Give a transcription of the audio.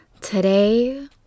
Today